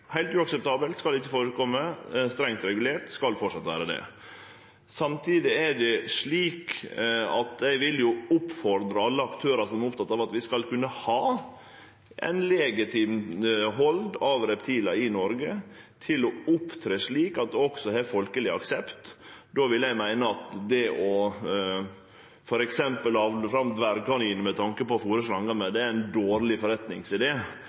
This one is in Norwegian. Samtidig vil eg oppfordre alle aktørane som er opptekne av at vi skal kunne ha eit legitimt hald av reptil i Noreg, til å opptre slik at det også har folkeleg aksept. Då vil eg meine at det f.eks. å avle fram dvergkaninar med tanke på å fôre slangar, er ein dårleg